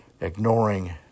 ignoring